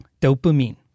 Dopamine